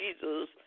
Jesus